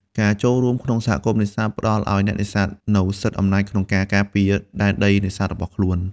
ការចូលរួមក្នុង សហគមន៍នេសាទ ផ្តល់ឱ្យអ្នកនេសាទនូវសិទ្ធិអំណាចក្នុងការការពារដែនដីនេសាទរបស់ខ្លួន។